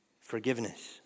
forgiveness